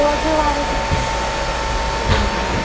రోజువారి టీషర్ట్స్ చూపించండి